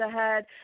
ahead